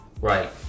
Right